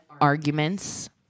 arguments